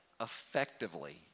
effectively